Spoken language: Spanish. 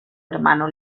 hermano